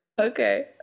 Okay